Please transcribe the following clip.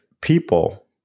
people